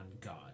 God